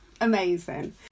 amazing